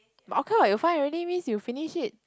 but okay what you find already means you finish it